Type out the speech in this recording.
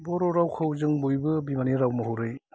बर' रावखौ जों बयबो बिमानि राव महरै